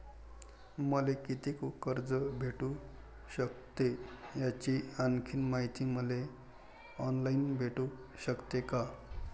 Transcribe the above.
मले कितीक कर्ज भेटू सकते, याची आणखीन मायती मले ऑनलाईन भेटू सकते का?